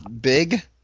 Big